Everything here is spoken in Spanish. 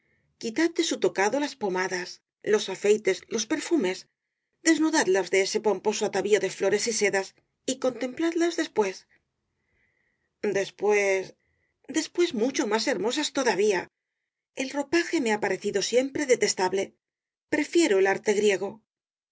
de su tocado las pomadas los afeites los perfumes desnudadlas de ese pomposo atavío de flores y sedas y contempladlas después después después mucho más hermosas todavía el ropaje me ha parecido siempre detestable prefiero el arte griego